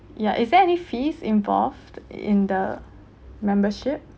yeah is there any fees involved in the membership